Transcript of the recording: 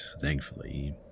thankfully